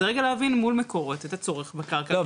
זה רגע להבין מול מקורות את הצורך בקרקע --- לא,